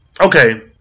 Okay